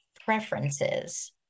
preferences